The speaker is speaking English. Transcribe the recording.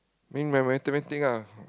mean my mathematic ah